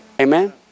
Amen